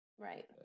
Right